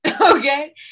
okay